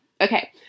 Okay